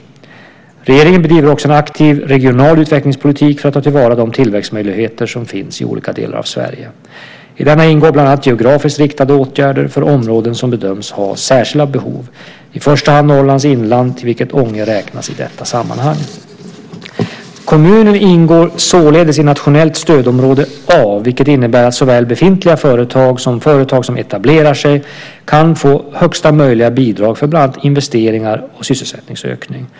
Regeringen bedriver också en aktiv regional utvecklingspolitik för att ta till vara de tillväxtmöjligheter som finns i olika delar av Sverige. I denna ingår bland annat geografiskt riktade åtgärder för områden som bedöms ha särskilda behov, i första hand Norrlands inland till vilket Ånge räknas i detta sammanhang. Kommunen ingår således i nationellt stödområde A, vilket innebär att såväl befintliga företag som företag som etablerar sig kan få högsta möjliga bidrag för bland annat investeringar och sysselsättningsökning.